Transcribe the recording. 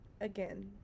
Again